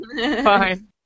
Fine